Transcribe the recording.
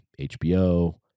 HBO